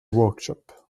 workshop